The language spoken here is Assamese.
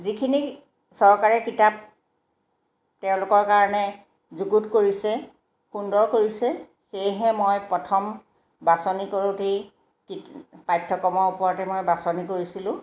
যিখিনি চৰকাৰে কিতাপ তেওঁলোকৰ কাৰণে যুগুত কৰিছে সুন্দৰ কৰিছে সেয়েহে মই প্ৰথম বাচনি কৰোঁতেই কিত পাঠ্যক্ৰমৰ ওপৰতে মই বাচনি কৰিছিলোঁ